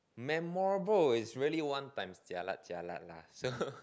memorable is very one times jialat jialat lah so